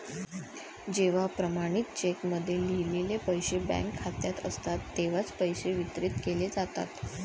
जेव्हा प्रमाणित चेकमध्ये लिहिलेले पैसे बँक खात्यात असतात तेव्हाच पैसे वितरित केले जातात